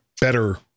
better